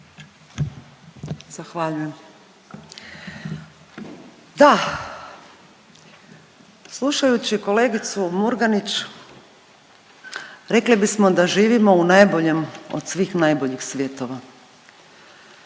Zahvaljujem. Da, slušajući kolegicu Murganić rekli bismo da živimo u najboljem od svih najboljih svjetova.